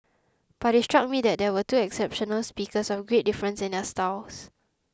but it struck me that here were two exceptional speakers of great difference in their styles